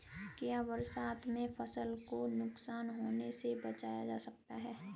क्या बरसात में फसल को नुकसान होने से बचाया जा सकता है?